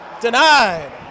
Denied